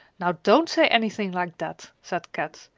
now don't say anything like that, said kat.